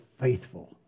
faithful